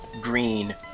green